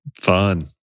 Fun